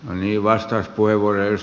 arvoisa puhemies